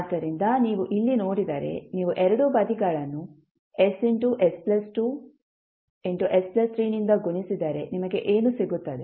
ಆದ್ದರಿಂದ ನೀವು ಇಲ್ಲಿ ನೋಡಿದರೆ ನೀವು ಎರಡೂ ಬದಿಗಳನ್ನು ss 2s 3 ನಿಂದ ಗುಣಿಸಿದರೆ ನಿಮಗೆ ಏನು ಸಿಗುತ್ತದೆ